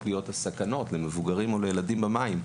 להיות הסכנות למבוגרים או לילדים במים,